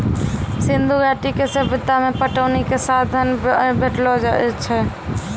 सिंधु घाटी के सभ्यता मे पटौनी के साधन भेटलो छै